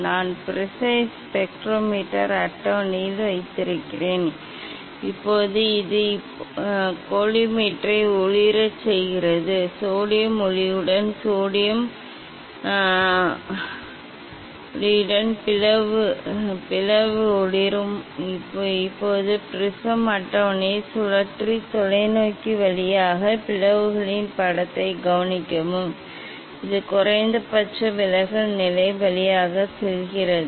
நான் ப்ரிஸை ஸ்பெக்ட்ரோமீட்டர் அட்டவணையில் வைத்திருக்கிறேன் இப்போது இது இப்போது இந்த கோலிமேட்டரை ஒளிரச் செய்கிறது சோடியம் ஒளியுடன் சோடியம் ஒளியுடன் பிளவு ஒளிரும் இப்போது ப்ரிஸம் அட்டவணையைச் சுழற்றி தொலைநோக்கி வழியாக பிளவுகளின் படத்தைக் கவனிக்கவும் இது குறைந்தபட்ச விலகல் நிலை வழியாக செல்கிறது